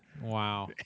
Wow